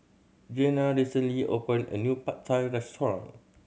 Jeanna recently opened a new Pad Thai Restaurant